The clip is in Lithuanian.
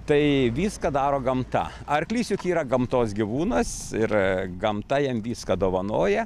tai viską daro gamta arklys juk yra gamtos gyvūnas ir gamta jam viską dovanoja